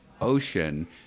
Ocean